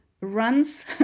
runs